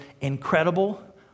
incredible